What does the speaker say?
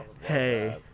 hey